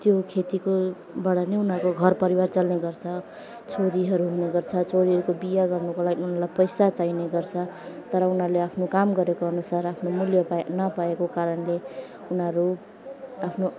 त्यो खेतीकोबाट नै उनीहरूको घरपरिवार चल्ने गर्छ छोरीहरू हुनुपर्छ छोरीहरूको बिहा गर्नुको लागि उनीहरूलाई पैसा चाहिने गर्छ तर उनीहरूले आफ्नो काम गरेको अनुसार आफ्नो मूल्य पाए नपाएको कारणले उनीहरू आफ्नो